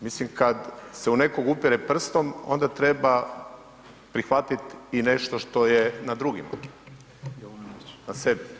Mislim kada se u nekoga upire prstom onda treba prihvatiti i nešto što je na drugima, na sebi.